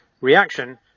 reaction